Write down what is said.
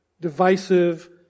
divisive